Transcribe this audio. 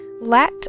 let